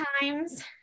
times